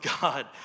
God